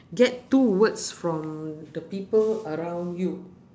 get two words from the people around you